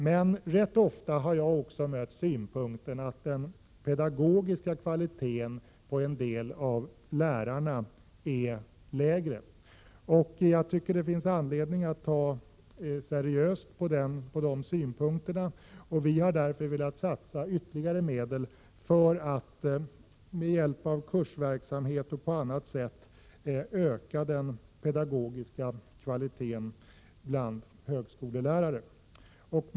Men jag har rätt ofta också mött synpunkten att den pedagogiska kvaliteten på en del av lärarna är lägre. Det finns anledning att ta seriöst på dessa synpunkter. Vi har därför velat satsa ytterligare medel för att med hjälp av kursverksamhet och på annat sätt öka den pedagogiska kvaliteten hos högskolelärare. Fru talman!